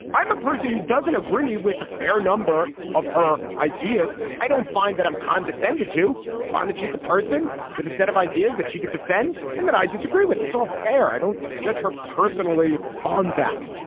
i'm a person who doesn't agree with a fair number of her ideas. i don't find that i'm condescended to. i find that she's a person with a set of ideas that she could defend and that i disagree with. it's all fair. i don't judge her personally on that.